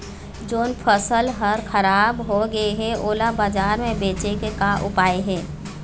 जोन फसल हर खराब हो गे हे, ओला बाजार म बेचे के का ऊपाय हे?